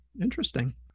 Interesting